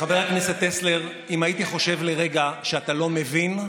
חבר הכנסת טסלר, אם הייתי חושב לרגע שאתה לא מבין,